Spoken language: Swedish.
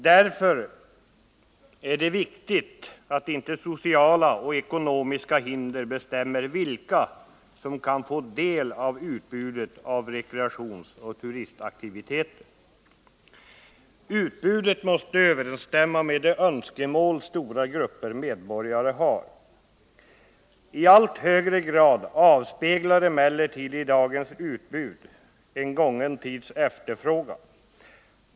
Därför är det viktigt att inte sociala och ekonomiska hinder bestämmer vilka som kan få del av utbudet av rekreationsoch turistaktiviteter. Utbudet måste överensstämma med de önskemål stora grupper medborgare har. I allt högre grad avspeglas emellertid i dagens utbud en gången tids efterfrågan.